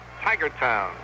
Tigertown